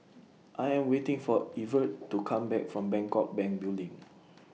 I Am waiting For Evertt to Come Back from Bangkok Bank Building